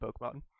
Pokemon